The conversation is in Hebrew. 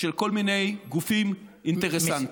של כל מיני גופים אינטרסנטיים.